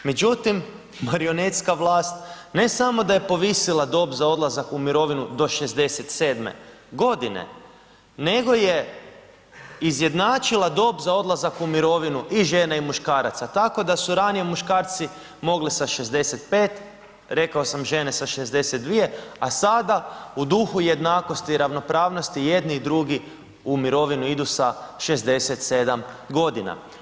Međutim, marionetska vlast, ne samo da je povisila dob za odlazak u mirovinu do 67. godine, nego je izjednačila dob za odlazak u mirovinu i žena i muškaraca, tako da su ranije muškarci sa 65, rekao sam žene sa 62, a sada u duhu jednakosti i ravnopravnosti, i jedni i drugu u mirovinu idu sa 67 godina.